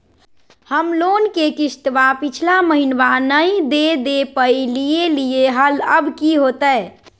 हम लोन के किस्तवा पिछला महिनवा नई दे दे पई लिए लिए हल, अब की होतई?